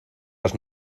las